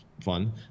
fun